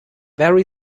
very